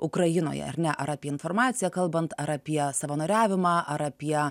ukrainoje ar ne ar apie informaciją kalbant ar apie savanoriavimą ar apie